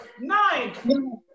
Nine